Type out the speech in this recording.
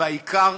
והעיקר,